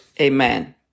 Amen